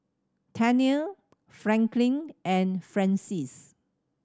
Tennille Franklyn and Frances